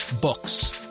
Books